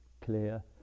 clear